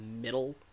middle